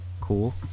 cool